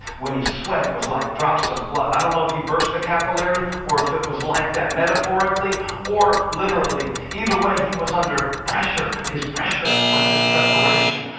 when he sweat it was like drops of blood. i don't know if he burst the capillary or if it was like that metaphorically or literally. either way, he was under pressure. his pressure was his preparation.